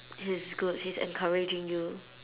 he's good he's encouraging you